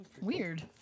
Weird